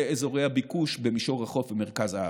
לאזורי הביקוש במישור החוף ומרכז הארץ.